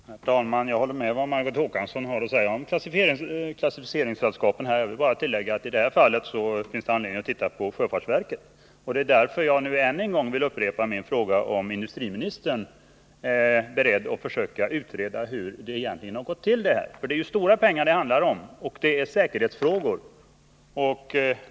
Herr talman! Jag håller med Margot Håkansson om det hon sade om klassificeringssällskapen, men jag vill tillägga att det i det här fallet också finns anledning att se på sjöfartsverket. Jag vill också än en gång upprepa min fråga, om industriministern är beredd att försöka utreda hur det här egentligen har gått till. Det handlar ju om stora pengar och om miljöoch säkerhetsfrågor.